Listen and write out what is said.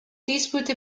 dispute